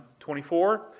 24